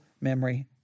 memory